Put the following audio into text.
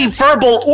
verbal